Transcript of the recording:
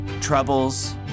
troubles